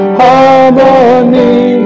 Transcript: harmony